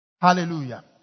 Hallelujah